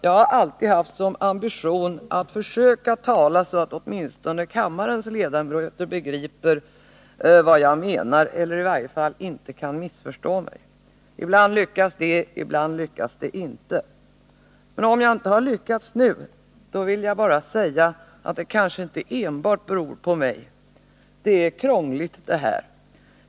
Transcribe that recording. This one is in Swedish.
Jag har alltid haft som ambition att försöka tala så att åtminstone kammarens ledamöter begriper vad jag menar eller i varje fall inte kan missförstå mig. Ibland lyckas det, ibland lyckas det inte. Om jag inte har lyckats nu vill jag säga att det kanske inte enbart beror på mig. Det här är krångligt.